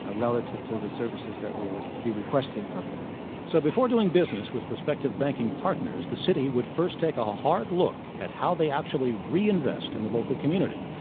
ah relative to the services that we would be requesting from them so before doing business with prospective banking partners, the city would first take a hard look at how they actually reinvest in the local community.